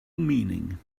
meaning